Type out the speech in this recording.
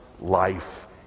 life